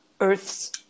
Earth's